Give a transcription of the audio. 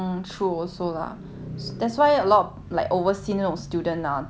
that's why a lot of like overseas 那种 student ah 都是跟朋友一起去